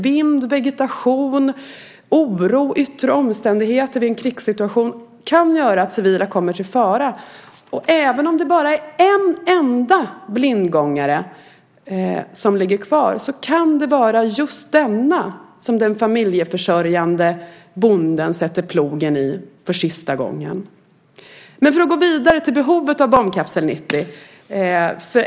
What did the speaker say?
Vind, vegetation, oro och yttre omständigheter i en krigssituation kan göra att civila kommer i fara. Även om det bara är en enda blindgångare som ligger kvar kan det vara just denna som den familjeförsörjande bonden sätter plogen i för sista gången. Men låt mig gå vidare till behovet av bombkapsel 90.